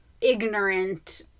ignorant